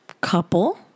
couple